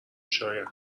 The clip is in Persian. شاید